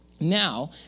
Now